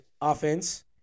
offense